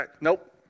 nope